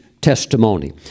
testimony